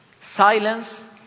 Silence